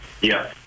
Yes